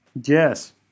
Yes